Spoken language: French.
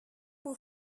pour